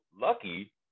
lucky